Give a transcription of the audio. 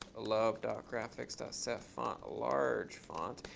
love graphics setfont large font.